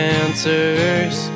answers